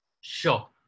Sure